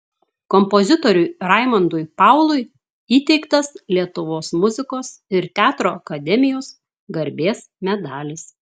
kompozitoriui raimondui paului įteiktas lietuvos muzikos ir teatro akademijos garbės medalis